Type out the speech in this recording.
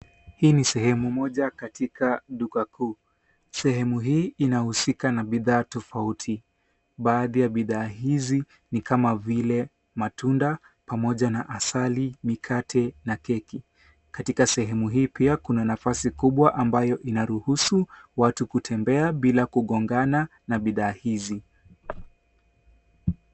Hii ni sehemu moja katika duka kuu. Sehemu hii inahusika na bidhaa tofauti. Baadhi ya bidhaa hizi ni kama vile matunda pamoja na asali, mikate na keki. Katika sehemu hii pia kuna nafasi kubwa ambayo inaruhusu watu kutembea bila kugongana na bidhaa hizi.